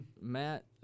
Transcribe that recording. Matt